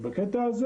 בקטע הזה